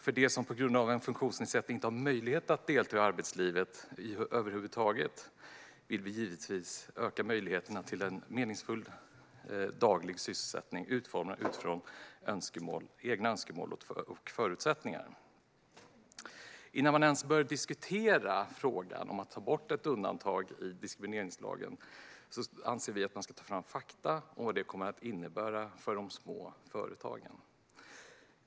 För dem som på grund av en funktionsnedsättning inte har möjlighet att delta i arbetslivet över huvud taget vill vi givetvis öka möjligheterna till en meningsfull daglig sysselsättning utformad utifrån egna önskemål och förutsättningar. Innan man ens diskuterar frågan om att ta bort ett undantag i diskrimineringslagen anser vi att man ska ta fram fakta om vad det kommer att innebära för de små företagen.